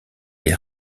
est